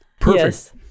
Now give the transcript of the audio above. Perfect